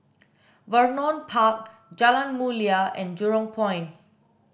Vernon Park Jalan Mulia and Jurong Point